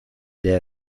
der